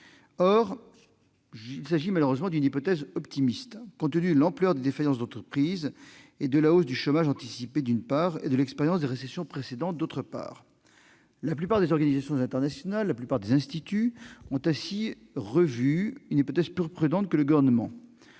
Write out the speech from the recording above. Or il s'agit malheureusement d'une hypothèse optimiste, compte tenu de l'ampleur des défaillances d'entreprises et de la hausse du chômage anticipées, d'une part, et de l'expérience des récessions précédentes, d'autre part. La plupart des organisations internationales et des instituts de conjoncture ont ainsi retenu une hypothèse plus prudente que le Gouvernement.